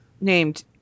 named